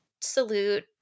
salute